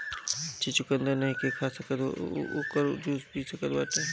जे चुकंदर नईखे खा सकत उ ओकर जूस पी सकत बाटे